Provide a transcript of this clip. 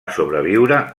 sobreviure